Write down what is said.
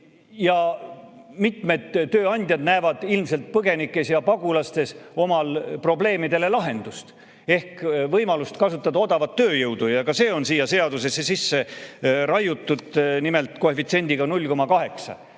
tööandjad näevad ilmselt põgenikes ja pagulastes oma probleemidele lahendust ehk võimalust kasutada odavat tööjõudu. Ka see on siia seadusesse sisse raiutud, nimelt [palga]koefitsiendina 0,8.